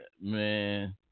Man